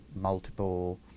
multiple